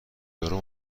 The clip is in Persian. یورو